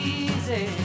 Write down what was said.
easy